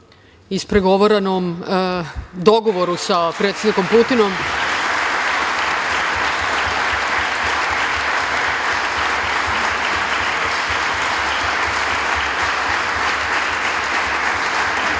ispregovaranom dogovoru sa predsednikom Putinom. Rekla